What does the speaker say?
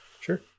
Sure